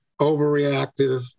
overreactive